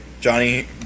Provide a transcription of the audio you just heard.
Johnny